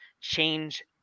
change